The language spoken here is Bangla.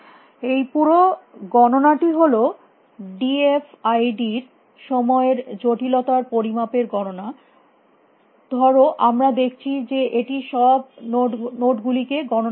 এই পুরো গণনাটি হল ডি এফ আই ডি র সময়ের জটিলতা র পরিমাপের গণনা কারো আমরা দেখছি যে এটি সব নোড গুলিকে গণনা করছে